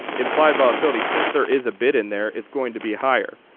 implied volatility since there is a bit in there it's going to be higher.